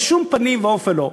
בשום פנים ואופן לא.